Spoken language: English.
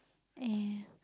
and